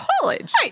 college